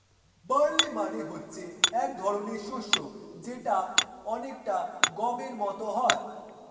barley মানে হচ্ছে এক ধরনের শস্য যেটা অনেকটা গমের মত হয়